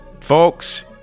Folks